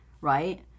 right